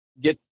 get